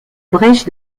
brèche